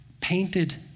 painted